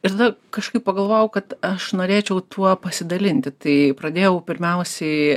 ir tada kažkaip pagalvojau kad aš norėčiau tuo pasidalinti tai pradėjau pirmiausiai